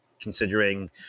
considering